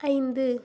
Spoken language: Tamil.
ஐந்து